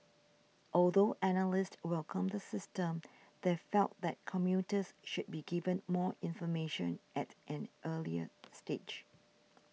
although analysts welcomed the system they felt that commuters should be given more information at an earlier stage